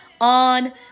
on